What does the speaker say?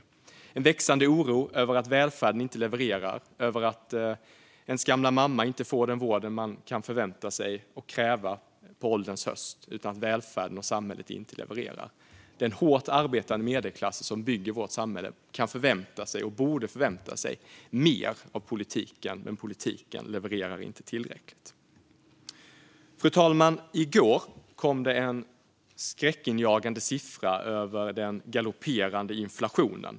Det finns en växande oro över att välfärden inte levererar, över att ens gamla mamma inte får den vård man kan förvänta sig och kräva på ålderns höst. Välfärden och samhället levererar inte. Den hårt arbetande medelklass som bygger vårt samhälle kan och borde förvänta sig mer av politiken, men politiken levererar inte tillräckligt. Fru talman! I går kom en skräckinjagande siffra över den galopperande inflationen.